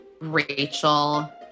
Rachel